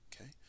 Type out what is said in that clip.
Okay